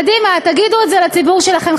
קדימה, תגידו את זה לציבור שלכם.